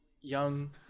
young